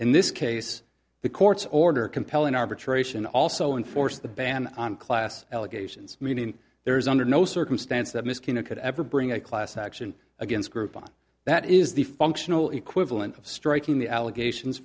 in this case the court's order compelling arbitration also enforce the ban on class allegations meaning there is under no circumstance that mosquito could ever bring a class action against group one that is the functional equivalent of striking the allegations